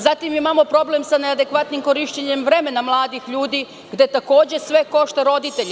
Zatim, imamo problem i sa neadekvatnim korišćenjem vremena mladih ljudi, gde takođe sve košta roditelje.